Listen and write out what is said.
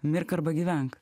mirk arba gyvenk